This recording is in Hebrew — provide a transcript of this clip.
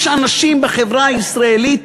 יש אנשים בחברה הישראלית,